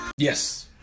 Yes